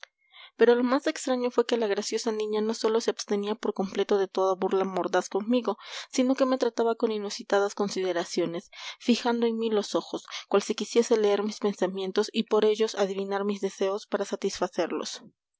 pero lo más extraño fue que la graciosa niña no sólo se abstenía por completo de toda burla mordaz conmigo sino que me trataba con inusitadas consideraciones fijando en mí los ojos cual si quisiese leer mis pensamientos y por ellos adivinar mis deseos para satisfacerlos